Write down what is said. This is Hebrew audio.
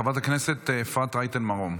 חברת הכנסת אפרת רייטן מרום.